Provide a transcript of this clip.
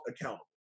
accountable